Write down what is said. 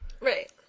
right